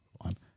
one